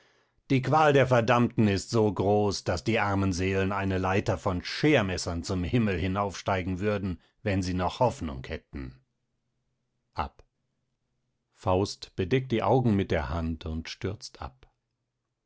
die qual der verdammten ist so groß daß die armen seelen eine leiter von schermeßern zum himmel hinaufsteigen würden wenn sie noch hoffnung hätten ab faust bedeckt die augen mit der hand und stürzt ab